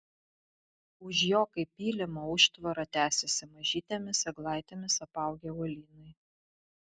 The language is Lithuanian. už jo kaip pylimo užtvara tęsėsi mažytėmis eglaitėmis apaugę uolynai